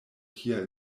tia